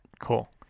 Cool